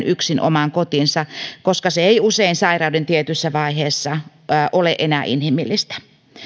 yksin omaan kotiinsa koska se ei usein sairauden tietyissä vaiheissa ole enää inhimillistä